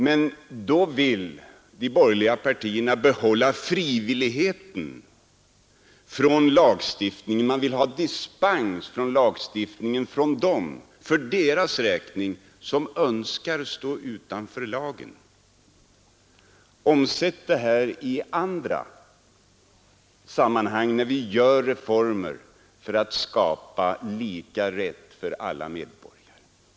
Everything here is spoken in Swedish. Men då vill de borgerliga partierna behålla frivilligheten från lagstiftning — man vill ha dispens från lagstiftning för dem som önskar stå utanför lagen. Omsätt detta i andra sammanhang, när vi genomför reformer för att skapa lika rätt för alla medborgare!